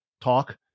talk